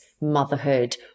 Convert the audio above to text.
motherhood